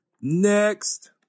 Next